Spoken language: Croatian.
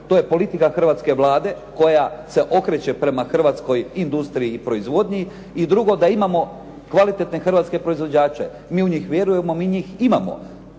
To je politika hrvatske Vlade koja se okreće prema hrvatskoj industriji i proizvodnji. I drugo, da imamo kvalitetne hrvatske proizvođače. Mi u njih vjerujemo. Mi njih imamo.